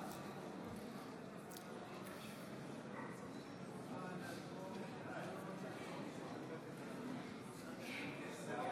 מצביע